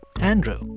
Andrew